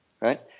Right